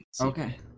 Okay